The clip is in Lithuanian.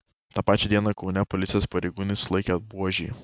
tą pačią dieną kaune policijos pareigūnai sulaikė buožį